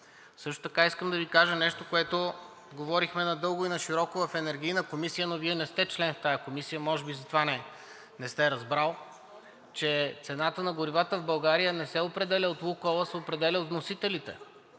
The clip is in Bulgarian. Също така искам да Ви кажа нещо, което говорихме надълго и нашироко в Енергийна комисия, но Вие не сте член в тази комисия. Може би, затова не сте разбрал, че цената на горивата в България не се определя от „Лукойл“, а се определя от вносителите.